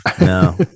No